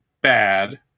bad